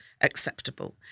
acceptable